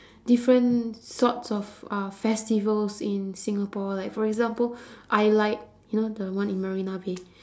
different sorts of uh festivals in singapore like for example i-light you know the one in marina-bay